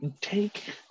take